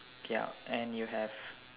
ya and you have